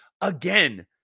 again